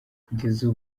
kugeza